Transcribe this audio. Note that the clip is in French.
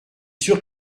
sûr